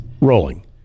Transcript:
rolling